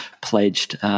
pledged